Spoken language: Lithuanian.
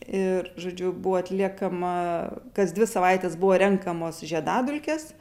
ir žodžiu buvo atliekama kas dvi savaites buvo renkamos žiedadulkės